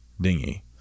dinghy